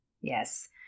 Yes